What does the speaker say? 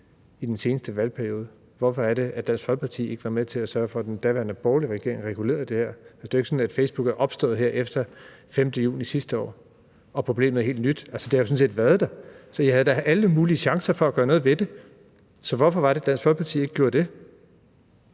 i den seneste valgperiode – hvorfor er det, at Dansk Folkeparti ikke var med til at sørge for, at den daværende borgerlige regering regulerede det her? Det er jo ikke sådan, at Facebook er opstået her efter den 5. juni sidste år, og at problemet er helt nyt. Altså, det har jo sådan set været der længe. Så I havde da alle mulige chancer for at gøre noget ved det, så hvorfor var det, at Dansk Folkeparti